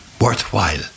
worthwhile